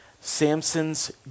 Samson's